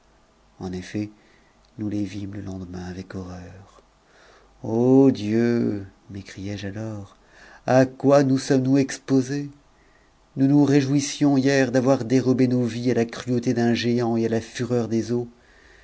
en effet nous les vîmes le lendemain avec horreur ô dieu m'écriais-je o's à quoi nous sommes-nous exposés nous nous réjouissions hier voit dérobe nos vies à la cruauté d'un géant et à la fureur des eaux